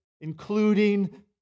including